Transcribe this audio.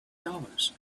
dollars